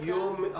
הישיבה